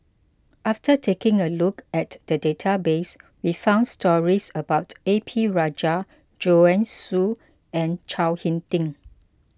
after taking a look at the database we found stories about A P Rajah Joanne Soo and Chao Hick Tin